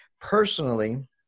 personally